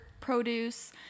produce